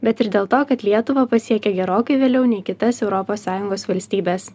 bet ir dėl to kad lietuvą pasiekia gerokai vėliau nei kitas europos sąjungos valstybes